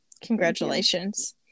Congratulations